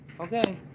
Okay